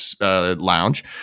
lounge